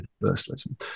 universalism